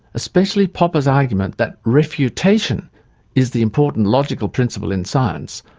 especially popper's argument that refutation is the important logical principle in science,